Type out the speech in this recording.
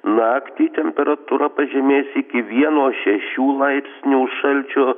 naktį temperatūra pažemės iki vieno šešių laipsnių šalčio